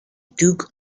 duke